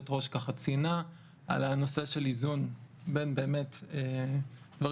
שהיו"ר ציינה על הנושא של איזון בין דברים